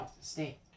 Stay